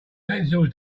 pencils